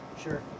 Sure